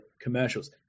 commercials